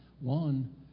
One